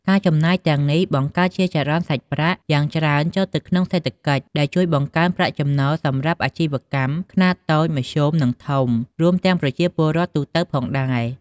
ការចំណាយទាំងនេះបង្កើតជាចរន្តសាច់ប្រាក់យ៉ាងច្រើនចូលទៅក្នុងសេដ្ឋកិច្ច ដែលជួយបង្កើនប្រាក់ចំណូលសម្រាប់អាជីវកម្មខ្នាតតូច មធ្យម និងធំ រួមទាំងប្រជាពលរដ្ឋទូទៅផងដែរ។